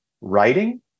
writing